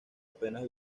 apenas